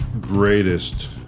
greatest